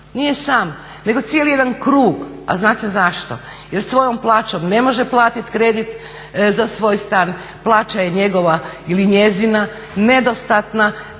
nije sam, nego cijeli jedan krug. A znate zašto? Jer svojom plaćom ne može platiti kredit za svoj stan, plaća je njegova ili njezina nedostatna